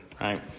right